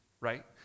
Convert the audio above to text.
right